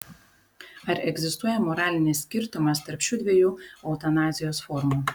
ar egzistuoja moralinis skirtumas tarp šių dviejų eutanazijos formų